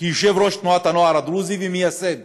כיושב-ראש תנועת הנוער הדרוזית ומייסד